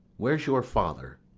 where's your father?